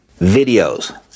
videos